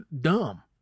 dumb